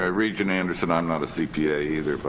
ah regent anderson i'm not a cpa either, but